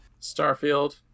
Starfield